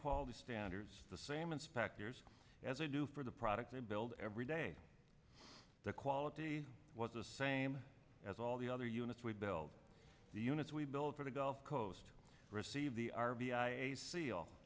quality standards the same inspectors as i do for the product they build every day the quality was the same as all the other units we've built the units we've built for the gulf coast receive the r b i a